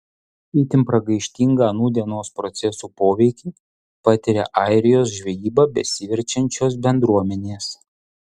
itin pragaištingą nūdienos procesų poveikį patiria airijos žvejyba besiverčiančios bendruomenės